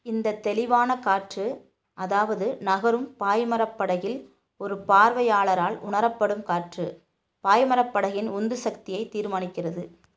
இந்த தெளிவான காற்று அதாவது நகரும் பாய்மரப் படகில் ஒரு பார்வையாளரால் உணரப்படும் காற்று பாய்மரப் படகின் உந்துசக்தியை தீர்மானிக்கிறது